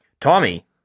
Tommy